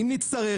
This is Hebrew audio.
אם נצטרך,